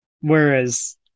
whereas